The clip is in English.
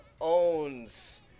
owns